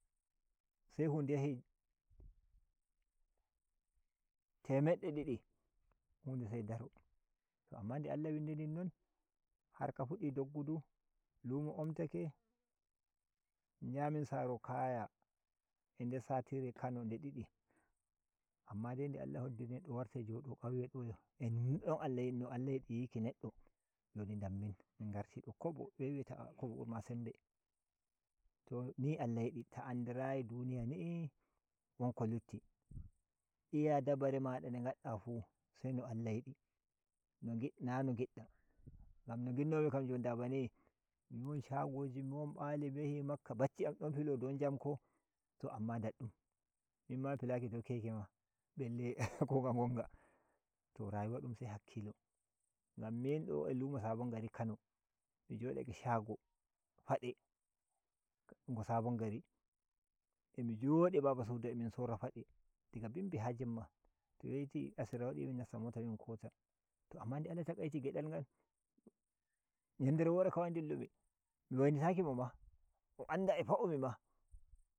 Se hu nde yahi temedde didi hu nde se dar to amma nde Allah winɗi nin non harka fuddi doggudu lumo omtake min jahai min saro kaya a der satire kano nde diddi amma de nde Allah hoddiri neddo wartai jo do Kanye do Allah yidi yiki neɗɗo joni dammin min ngarti do kobo se weta kobo burma sembe t ni Allah yi di ta andirayi duniya ni’i won ko lutti iya dabare ma nde gadda fu seno Allah yi di no na no ngidda gam no nginno mi kam da bani mi won shagoji mi won bale mi yahi Makkah baccin am don filo dow jamko mimma mi filaki dow keke ma balle ko to rayuwa dum se hakkilo ngammin do a lumo sabon gari kano mi jodake shage fade ngo sabon gari a mi jodi a baba sudu am a min sora fade diga bimbi ha Jemma to weti asira wadi min nasta mota min kota to nde Allah takaiti ge dal ngal ‘yandere wore kawai ndillumi mi wai ‘yitaki mo ma o anda a pa umi ma.